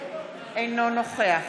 אינו נוכח